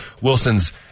Wilson's